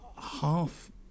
half